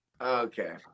Okay